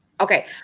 okay